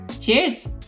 Cheers